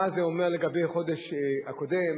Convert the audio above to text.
מה זה אומר לגבי החודש הקודם?